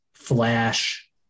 flash